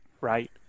right